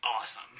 awesome